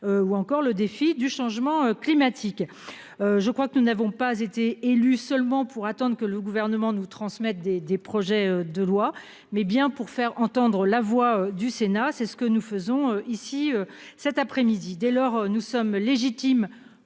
Ou encore le défi du changement climatique. Je crois que nous n'avons pas été élu seulement pour attendent que le gouvernement nous transmettre des des projets de loi, mais bien pour faire entendre la voix du Sénat c'est. Que nous faisons ici cet après-midi dès lors nous sommes légitimes